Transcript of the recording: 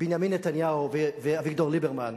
בנימין נתניהו ואביגדור ליברמן,